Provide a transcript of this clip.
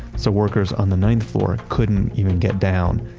so, workers on the ninth floor couldn't even get down.